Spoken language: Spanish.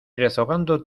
rezongando